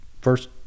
first